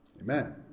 amen